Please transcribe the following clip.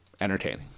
Entertaining